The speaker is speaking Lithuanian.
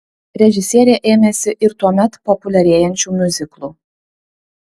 režisierė ėmėsi ir tuomet populiarėjančių miuziklų